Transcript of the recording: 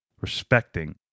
respecting